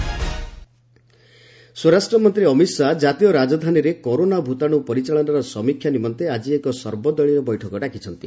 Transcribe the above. HM all party meeting ସ୍ୱରାଷ୍ଟ୍ର ମନ୍ତ୍ରୀ ଅମିତ୍ ଶାହା ଜାତୀୟ ରାଜଧାନୀରେ କରୋନା ଭୂତାଣ୍ର ପରିଚାଳନାର ସମୀକ୍ଷା ନିମନ୍ତେ ଆଜି ଏକ ସର୍ବଦଳୀୟ ବୈଠକ ଡାକିଛନ୍ତି